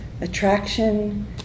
attraction